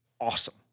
awesome